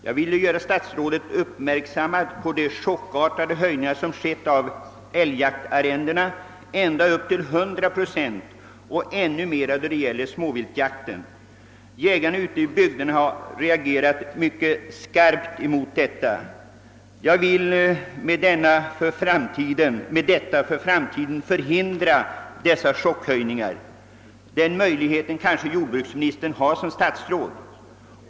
Jag ville göra statsrådet uppmärk sam på de chockartade höjningar av älgjaktarrendena, som genomförts, med ända upp till 100 procent och ännu mera då det gäller småviltjakten. Jägarna ute i bygderna har reagerat mycket skarpt mot detta, och jag ville med min fråga för framtiden söka förhindra sådana chockhöjningar. Herr Bengtsson har kanske såsom jordbruksminister möjlighet att tillodose detta önskemål.